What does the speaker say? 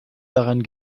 daran